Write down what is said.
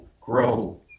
grow